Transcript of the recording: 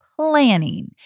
planning